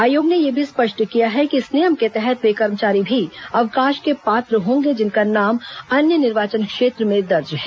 आयोग ने यह भी स्पष्ट किया है कि इसके नियम के तहत वे कर्मचारी भी अवकाश के पात्र होंगे जिनका नाम अन्य निर्वाचन क्षेत्र में दर्ज है